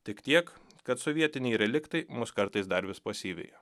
tik tiek kad sovietiniai reliktai mus kartais dar vis pasyvija